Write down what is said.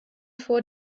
vor